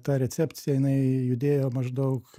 ta recepcija jinai judėjo maždaug